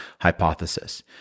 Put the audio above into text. hypothesis